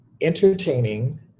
entertaining